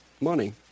money